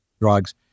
drugs